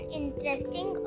interesting